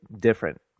different